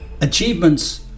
Achievements